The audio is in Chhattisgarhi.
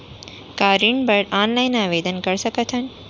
का ऋण बर ऑनलाइन आवेदन कर सकथन?